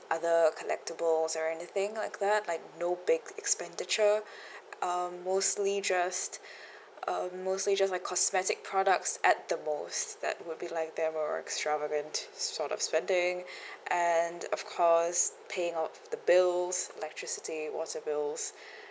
other collectibles or anything like that like no big expenditure um mostly just um mostly just my cosmetic products at the most that would be like the more extravagant sort of spending and of course paying off the bills electricity water bills